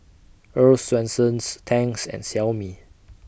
Earl's Swensens Tangs and Xiaomi